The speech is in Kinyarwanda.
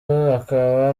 akaba